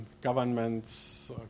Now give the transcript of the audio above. governments